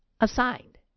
assigned